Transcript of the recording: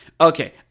Okay